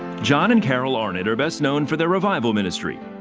john and carol arnott are best known for their revival industries.